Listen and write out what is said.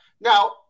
now